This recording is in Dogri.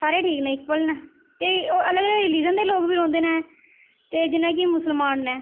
सारे ठीक न इकुअल न ते ओह् अलग अलग राीलिज़न दे लोग बी रौंह्दे न ते जियां कि मुसलमान न